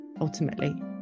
ultimately